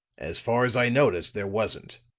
as far as i noticed, there wasn't.